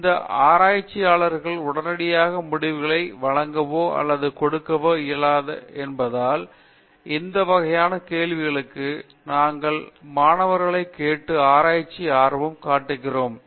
விஸ்வநாதன் எனவே இந்த ஆராய்ச்சியாளர்கள் உடனடியாக முடிவுகளை வழங்கவோ அல்லது கொடுக்கவோ முடியாது என்பதால் இந்த வகையான கேள்விகளுக்கு நாங்கள் மாணவர்களைக் கேட்டு ஆராய்ச்சிக்கு ஆர்வம் காட்டுகிறோம்